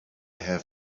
have